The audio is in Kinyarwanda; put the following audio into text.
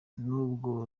nubwo